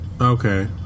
Okay